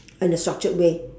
in a structured way